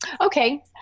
okay